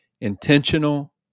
intentional